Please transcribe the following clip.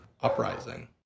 uprising